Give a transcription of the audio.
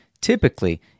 typically